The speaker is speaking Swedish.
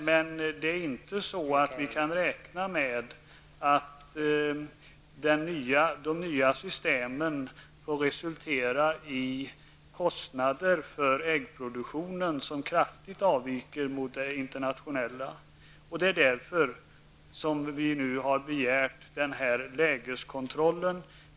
Men vi kan inte räkna med att de nya systemen får resultera i kostnader för äggproduktion som kraftigt avviker från de internationella. Och det är därför som vi nu har begärt den här lägeskontrollen.